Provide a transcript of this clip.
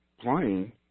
playing